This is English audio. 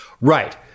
right